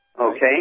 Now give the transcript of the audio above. okay